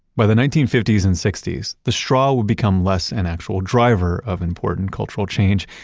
by the nineteen fifty s and sixty s, the straw would become less an actual driver of important cultural change,